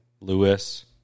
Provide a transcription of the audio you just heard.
Lewis